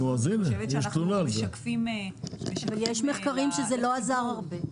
אני חושבת שאנחנו משקפים --- יש מחקרים שאומרים שזה לא עזר הרבה.